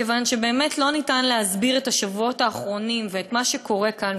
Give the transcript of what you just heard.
מכיוון שאי-אפשר להסביר את השבועות האחרונים ואת מה שקורה כאן,